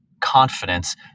confidence